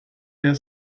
der